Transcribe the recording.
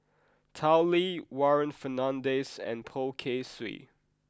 Tao Li Warren Fernandez and Poh Kay Swee